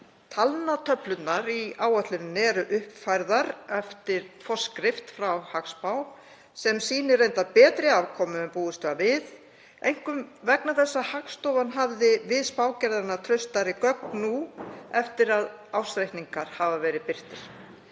talnatöflurnar í áætluninni eru uppfærðar eftir forskrift frá hagspá sem sýnir reyndar betri afkomu en búist var við, einkum vegna þess að Hagstofan hafði við spágerðina traustari gögn nú eftir að ársreikningar hafa verið birtir.